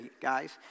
guys